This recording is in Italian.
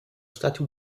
stati